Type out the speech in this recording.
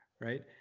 right